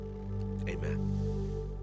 amen